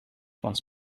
once